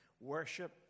worship